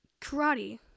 karate